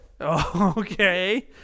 Okay